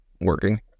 working